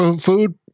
food